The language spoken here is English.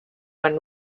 when